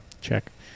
check